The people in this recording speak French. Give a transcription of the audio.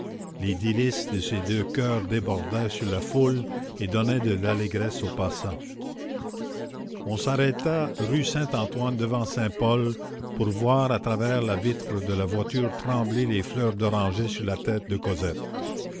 les délices de ces deux coeurs débordaient sur la foule et donnaient de l'allégresse aux passants on s'arrêtait rue saint-antoine devant saint-paul pour voir à travers la vitre de la voiture trembler les fleurs d'oranger sur la tête de cosette